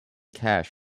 cash